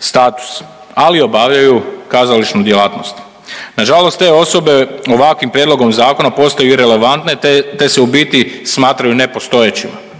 status, ali obavljaju kazališnu djelatnost. Nažalost te osobe ovakvim prijedlogom zakona postaju irelevantne se u biti smatraju nepostojećima.